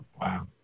Wow